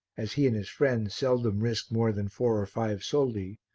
as he and his friends seldom risked more than four or five soldi,